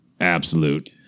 absolute